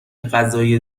غذای